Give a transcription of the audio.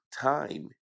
time